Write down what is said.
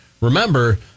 remember